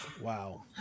Wow